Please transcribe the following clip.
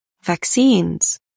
vaccines